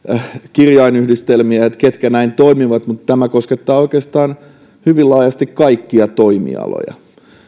kirjainyhdistelmiä ketkä näin toimivat mutta tämä koskettaa oikeastaan hyvin laajasti kaikkia toimialoja